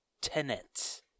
tenant